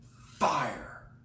fire